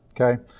Okay